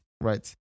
right